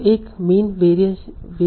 तो एक mean variations है